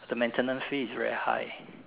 the maintenance fee is very high